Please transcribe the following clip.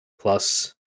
plus